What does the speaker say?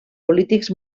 polítics